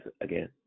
again